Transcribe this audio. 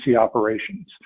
operations